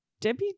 Debbie